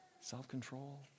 self-control